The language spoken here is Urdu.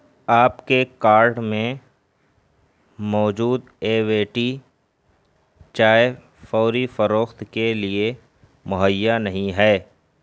آپ کے کارٹ میں موجود اے وے ٹی چائے فوری فروخت کے لیے مہیا نہیں ہے